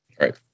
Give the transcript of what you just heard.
right